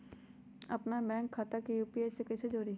अपना बैंक खाता के यू.पी.आई से कईसे जोड़ी?